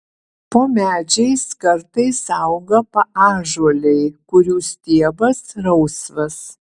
po medžiais kartais auga paąžuoliai kurių stiebas rausvas